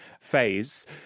phase